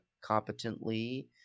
competently